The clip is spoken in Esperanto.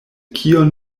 kion